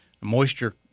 moisture